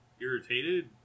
irritated